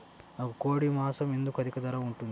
నాకు కోడి మాసం ఎందుకు అధిక ధర ఉంటుంది?